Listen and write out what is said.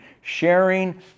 sharing